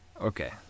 Okay